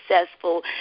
successful